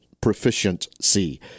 proficiency